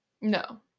no